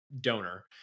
Donor